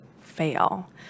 fail